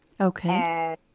Okay